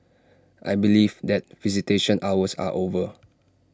I believe that visitation hours are over